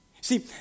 See